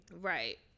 Right